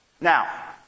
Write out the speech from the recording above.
Now